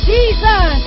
Jesus